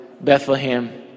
Bethlehem